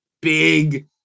big